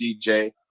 DJ